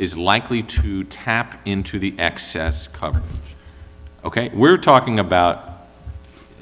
is likely to tap into the excess ok we're talking about